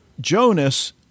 Jonas